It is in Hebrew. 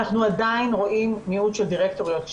אנחנו עדיין רואים מיעוט של דירקטוריות.